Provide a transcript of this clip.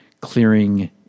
clearing